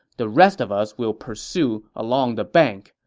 the rest of us will pursue along the bank.